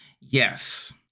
Yes